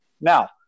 Now